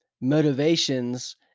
motivations